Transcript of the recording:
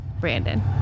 Brandon